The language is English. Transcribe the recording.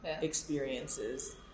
experiences